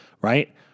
Right